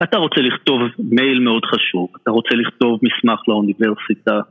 אתה רוצה לכתוב מייל מאוד חשוב, אתה רוצה לכתוב מסמך לאוניברסיטה